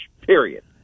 period